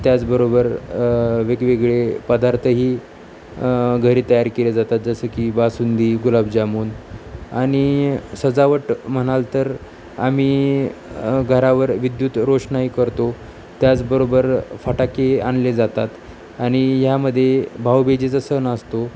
त्याचबरोबर वेगवेगळे पदार्थही घरी तयार केले जातात जसं की बासुंदी गुलाबजामून आणि सजावट म्हणाल तर आम्ही घरावर विद्युत रोषणाई करतो त्याचबरोबर फटाके आणले जातात आणि ह्यामध्ये भाऊबीजेचा सण असतो